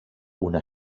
una